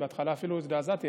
בהתחלה אפילו הזדעזעתי,